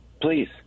please